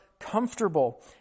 comfortable